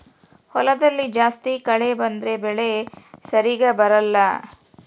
ಹೊಲದಲ್ಲಿ ಜಾಸ್ತಿ ಕಳೆ ಬಂದ್ರೆ ಬೆಳೆ ಸರಿಗ ಬರಲ್ಲ